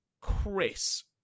Chris